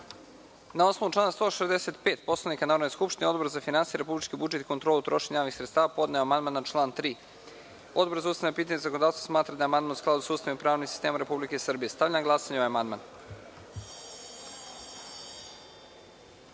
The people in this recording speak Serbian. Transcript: osnovu člana 165. Poslovnika Narodne skupštine Odbor za finansije, republički budžet i kontrolu trošenja javnih sredstava podneo je amandman na član 3.Odbor za ustavna pitanja i zakonodavstvo smatra da je amandman u skladu sa Ustavom i pravnim sistemom Republike Srbije. Stavljam na glasanje ovaj